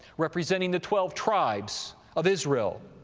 representing the twelve tribes of israel.